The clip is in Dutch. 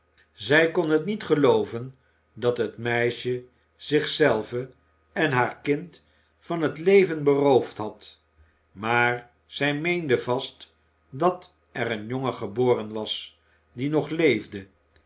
zij kon het niet gelooven dat het meisje zich zelve en haar kind van het leven beroofd had maar zij meende vast dat er een jongen geboren was die nog leefde